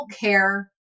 care